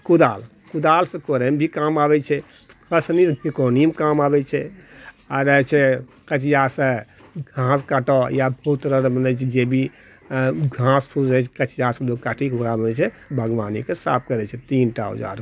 कुदाल कुदालसँ कोड़ैमे भी काम आबै छै पसनीके निकौनीमे काम आबै छै आओर जे छै से कचिआसँ घास काटऽ या बहुत तरहऽ जे भी घास फूस रहै छै कचिआसँ लोक काटिके ओकरा आबै छै से बागवानीके साफ करै छै तीनटा औजार